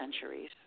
centuries